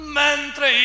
mentre